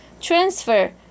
transfer